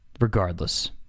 Regardless